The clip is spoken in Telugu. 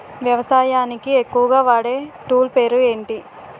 వ్యవసాయానికి ఎక్కువుగా వాడే టూల్ పేరు ఏంటి?